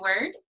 Word